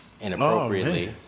inappropriately